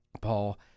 Paul